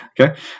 Okay